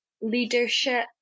leadership